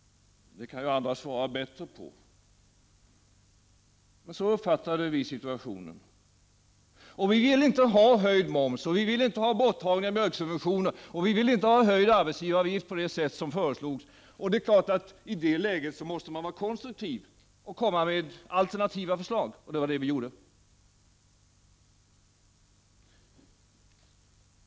Det kan andra svara bättre på, men så uppfattade vi i centerpartiet situationen. Vi vill inte ha höjd moms och borttagande av mjölksubventioner, och vi vill inte ha höjd arbetsgivaravgift som tidigare har föreslagits. Då är det klart att man i det läget måste vara konstruktiv och komma med alternativa förslag. Och det var det vi gjorde.